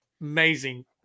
Amazing